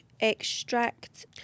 extract